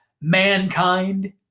Mankind